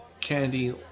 Candy